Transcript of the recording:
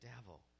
devil